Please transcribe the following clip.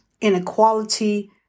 inequality